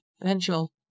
potential